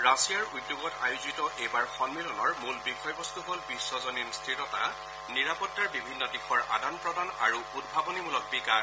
ৰাছিয়াৰ উদ্যোগত আয়োজিত এইবাৰ সন্মিলনৰ মূল বিষয়বস্তু হ'ল বিশ্বজনীন স্থিৰতা নিৰাপত্তাৰ বিভিন্ন দিশৰ আদান প্ৰদান আৰু উদ্ভাৱনীমূলক বিকাশ